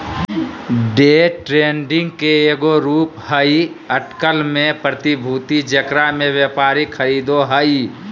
day trading के एगो रूप हइ अटकल में प्रतिभूति जेकरा में व्यापारी खरीदो हइ